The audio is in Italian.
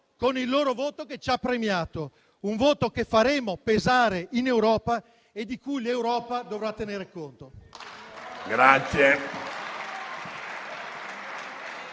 con il loro voto, che ci ha premiato. Un voto che faremo pesare in Europa e di cui l'Europa dovrà tener conto.